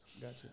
Gotcha